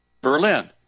Berlin